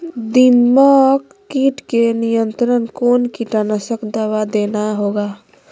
दीमक किट के नियंत्रण कौन कीटनाशक दवा देना होगा?